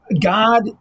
God